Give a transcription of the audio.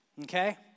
okay